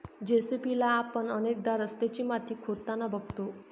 JCB ला आपण अनेकदा रस्त्याची माती खोदताना बघतो